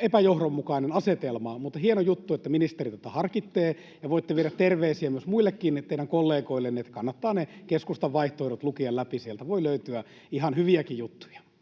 epäjohdonmukainen asetelma. Mutta on hieno juttu, että ministeri tätä harkitsee, ja voitte viedä terveisiä myös muillekin teidän kollegoillenne, että kannattaa ne keskustan vaihtoehdot lukea läpi. Sieltä voi löytyä ihan hyviäkin juttuja.